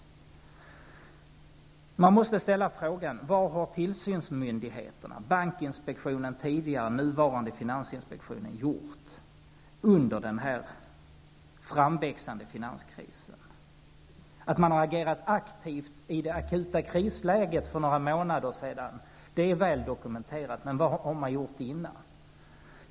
Man måste ställa frågan: Vad har tillsynsmyndigheterna, bankinspektionen och finansinspektionen, gjort under den här framväxande finanskrisen? Att man har agerat aktivt i det akuta krisläget för några månader sedan är väl dokumenterat, men vad har man gjort innan dess?